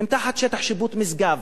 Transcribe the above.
הן תחת שטח שיפוט משגב.